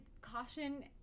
caution